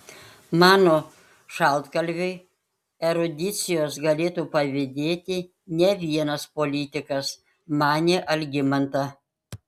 mano šaltkalviui erudicijos galėtų pavydėti ne vienas politikas manė algimanta